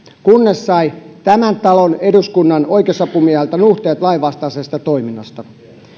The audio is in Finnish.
kunnes sai tämän talon eduskunnan oikeusasiamieheltä nuhteet lainvastaisesta toiminnasta